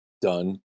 done